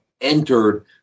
entered